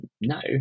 no